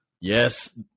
Yes